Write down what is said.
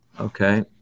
Okay